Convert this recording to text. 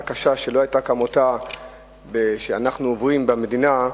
קשה שלא היתה כמותה שאנחנו עוברים במדינה,